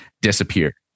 disappear